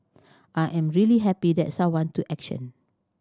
I am really happy that someone took action